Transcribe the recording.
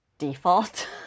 default